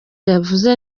yavuze